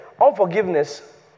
unforgiveness